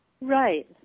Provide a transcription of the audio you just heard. Right